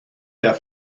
der